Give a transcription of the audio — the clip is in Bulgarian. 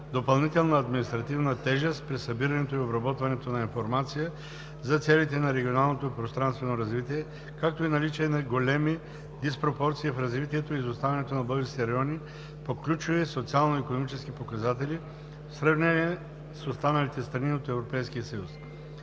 допълнителна административна тежест при събирането и обработването на информация за целите на регионалното и пространственото развитие, както и наличие на големи диспропорции в развитието и изоставането на българските райони по ключови социално-икономически показатели в сравнение с останалите страни от